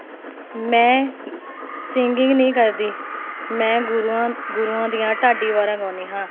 ਮੈਂ ਸਿੰਗਿੰਗ ਨਹੀਂ ਕਰਦੀ ਮੈਂ ਗੁਰੂਆਂ ਗੁਰੂਆਂ ਦੀਆਂ ਢਾਡੀ ਵਾਰਾਂ ਗਾਉਦੀ ਹਾਂ